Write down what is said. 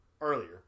Earlier